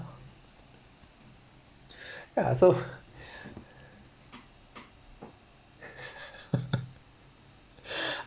ya so